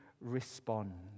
respond